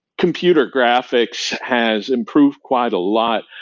computer graphics has improved quite a lot,